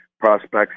prospects